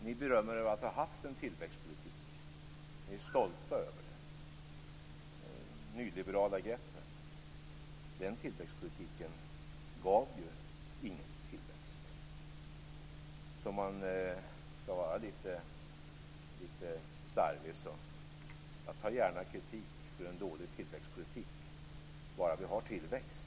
Ni berömmer er av att ha haft en tillväxtpolitik, och ni är stolta över de nyliberala greppen. Men den tillväxtpolitiken gav ju ingen tillväxt, så det är litet slarvigt. Jag tar gärna kritik för en dålig tillväxtpolitik, bara vi har tillväxt.